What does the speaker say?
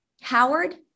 Howard